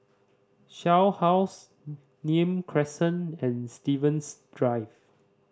Shell House Nim Crescent and Stevens Drive